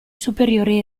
superiori